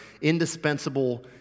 indispensable